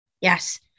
Yes